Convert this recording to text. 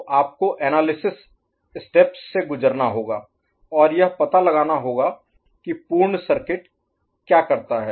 तो आपको analysis steps से गुजरना होगा और यह पता लगाना होगा कि पूर्ण सर्किट क्या करता है